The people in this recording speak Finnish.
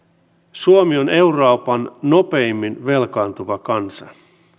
suomi on euroopan nopeimmin velkaantuva kansa